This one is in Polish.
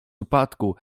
upadku